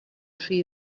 rhy